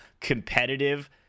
competitive